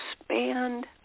expand